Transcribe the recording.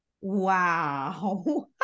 Wow